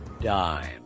Dime